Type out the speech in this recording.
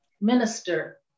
minister